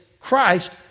Christ